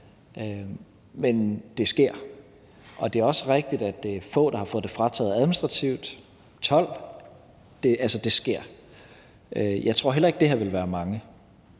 men det sker. Og det er også rigtigt, at det er få, der har fået det frataget administrativt; det er 12, så det sker. Jeg tror heller ikke, at det her vil være mange,